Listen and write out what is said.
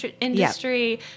industry